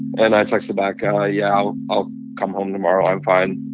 and i texted back, and yeah, i'll come home tomorrow. i'm fine.